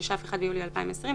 התש"ף-1.7.2020",